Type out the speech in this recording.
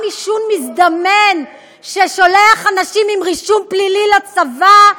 גם עישון מזדמן ששולח אנשים עם רישום פלילי לצבא,